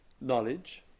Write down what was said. knowledge